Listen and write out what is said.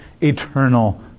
eternal